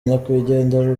nyakwigendera